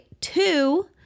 Two